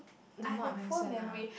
lemak ah